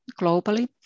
globally